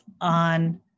on